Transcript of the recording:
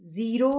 zero